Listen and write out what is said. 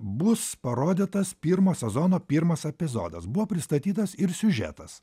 bus parodytas pirmo sezono pirmas epizodas buvo pristatytas ir siužetas